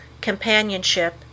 companionship